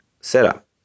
setup